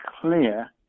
clear